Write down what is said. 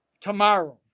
tomorrow